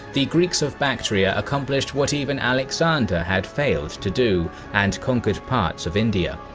the greeks of bactria accomplished what even alexander had failed to do, and conquered parts of india.